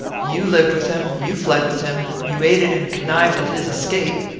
you lived with him. you fled with him. you aided and connived at his escape.